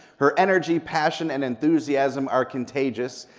her energy, passion, and enthusiasm are contagious,